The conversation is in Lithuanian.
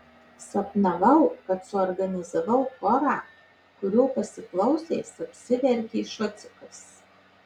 sapnavau kad suorganizavau chorą kurio pasiklausęs apsiverkė šocikas